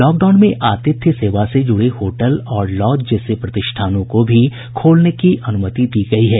lockdown में आतिथ्य सेवा से जुड़े होटल और लॉज जैसे प्रतिष्ठानों को भी खोलने की अनुमति दी गयी है